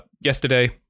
yesterday